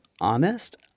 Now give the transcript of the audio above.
honest